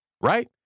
Right